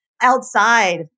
outside